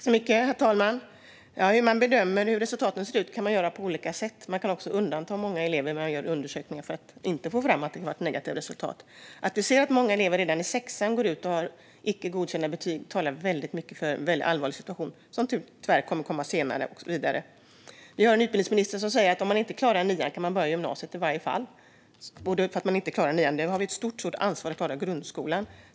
Herr talman! Bedöma resultat kan man göra på olika sätt. Man kan också undanta många elever när man gör undersökningar för att inte få fram att det var ett negativt resultat. Att vi ser många elever redan i sexan gå ut med icke godkända betyg talar väldigt mycket för en väldigt allvarlig situation som tyvärr fortsätter senare och vidare. Vi har en utbildningsminister som säger att man kan börja i gymnasiet även om man inte klarar nian. Där har vi ett stort, stort ansvar att klara grundskolan.